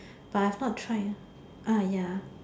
I have not tried ah ya